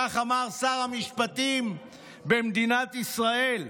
כך אמר שר המשפטים במדינת ישראל.